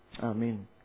Amen